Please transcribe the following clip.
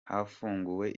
hafunguwe